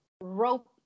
rope